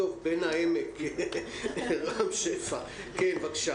בן עמק חפר חבר הכנסת רם שפע, בבקשה.